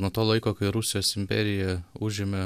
nuo to laiko kai rusijos imperija užėmė